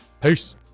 Peace